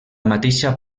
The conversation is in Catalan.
mateixa